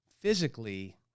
physically